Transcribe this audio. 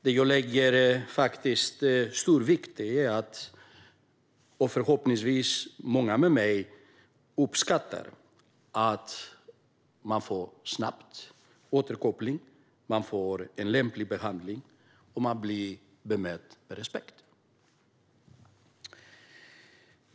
Det jag lägger stor vikt vid - och det gör förhoppningsvis många med mig - är att jag får en snabb återkoppling, får en lämplig behandling och blir bemött med respekt.